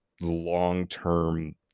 long-term